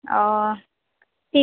অঁ